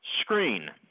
screen